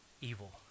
evil